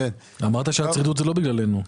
אמרת שהצרידות זה לא בגללנו.